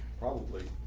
probably